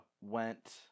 went